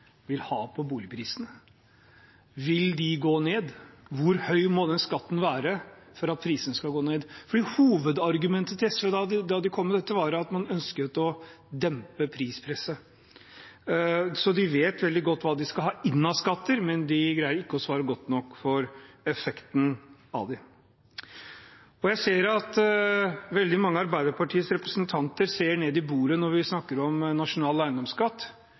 vil ha på boligprisene. Vil de gå ned? Hvor høy må den skatten være for at prisene skal gå ned? Hovedargumentet til SV da de kom med dette, var at man ønsket å dempe prispresset. Så de vet veldig godt hva de skal ha inn av skatter, men de greier ikke å svare godt nok for effekten av dem. Jeg ser at veldig mange av Arbeiderpartiets representanter ser ned i bordet når vi snakker om nasjonal eiendomsskatt.